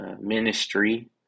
ministry